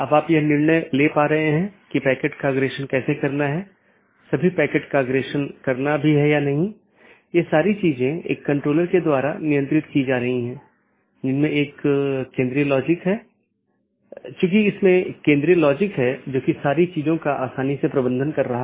इसका मतलब है कि मार्ग इन कई AS द्वारा परिभाषित है जोकि AS की विशेषता सेट द्वारा परिभाषित किया जाता है और इस विशेषता मूल्यों का उपयोग दिए गए AS की नीति के आधार पर इष्टतम पथ खोजने के लिए किया जाता है